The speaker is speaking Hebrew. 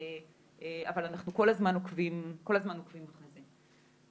אבל אנחנו כל הזמן עוקבים אחרי זה.